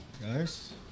guys